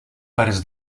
pares